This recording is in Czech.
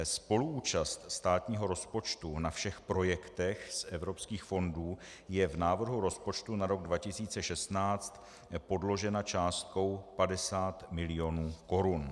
Spoluúčast státního rozpočtu na všech projektech z evropských fondů je v návrhu rozpočtu na rok 2016 podložena částkou 50 mil. korun.